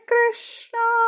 Krishna